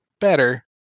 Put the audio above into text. better